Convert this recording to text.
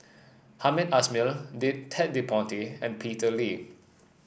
Hamed Ismail did Ted De Ponti and Peter Lee